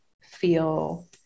feel